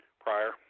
prior